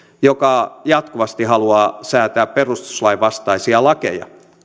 joka jatkuvasti haluaa säätää perustuslain vastaisia lakeja